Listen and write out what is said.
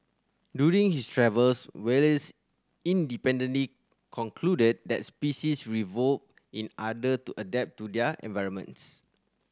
during his travels Wallace independently concluded that species revolve in other to adapt to their environments